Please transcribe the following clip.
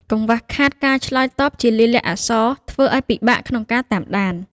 កង្វះខាតការឆ្លើយតបជាលាយលក្ខណ៍អក្សរ ធ្វើឱ្យពិបាកក្នុងការតាមដាន។